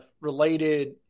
related